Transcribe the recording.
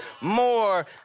more